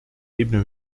ebene